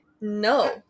No